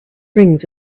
rings